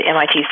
MIT